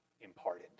imparted